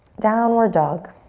downward dog.